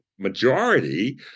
majority